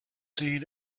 seen